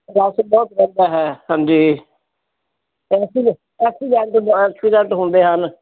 ਹਾਂਜੀ ਐਕਸੀਡੈਂਟ ਹੁੰਦੇ ਹਨ